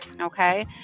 okay